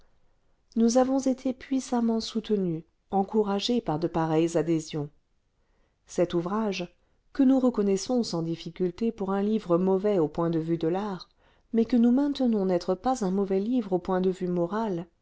nous avons été puissamment soutenu encouragé par de pareilles adhésions cet ouvrage que nous reconnaissons sans difficulté pour un livre mauvais au point de vue de l'art mais que nous maintenons n'être pas un mauvais livre au point de vue moral